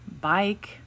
bike